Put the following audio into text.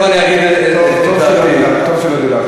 בסופו של יום כל